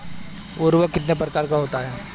उर्वरक कितने प्रकार का होता है?